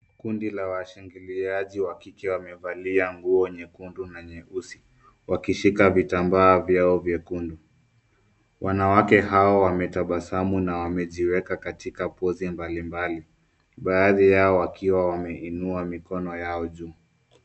Kundi la washangiliaji wa kike wamevalia nguo nyekundu na nyeusi. Wakishika vitambaa vyao vyekundu. Wanawake hawa wametabasamu na wamejiweka katika pozi mbalimbali. Baadhi yao wakiwa wameinua mikono yao juu.